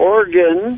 Oregon